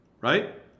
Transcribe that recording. Right